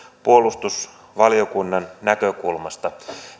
puolustusvaliokunnan näkökulmasta